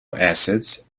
acids